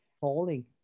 falling